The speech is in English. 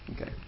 Okay